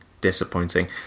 Disappointing